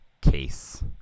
case